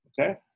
okay